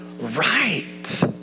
right